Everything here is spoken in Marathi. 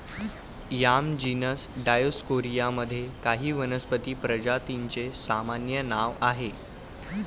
याम जीनस डायओस्कोरिया मध्ये काही वनस्पती प्रजातींचे सामान्य नाव आहे